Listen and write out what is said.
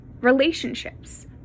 relationships